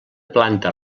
planta